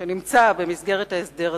שנמצא במסגרת ההסדר הזה,